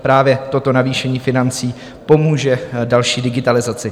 Právě toto navýšení financí pomůže další digitalizaci.